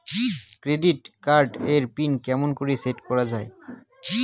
Credit card এর pin কেমন করি সেট করা য়ায়?